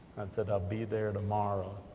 said, i'll be there tomorrow.